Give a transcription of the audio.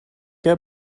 heb